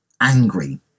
angry